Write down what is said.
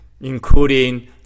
including